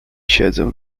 siedzę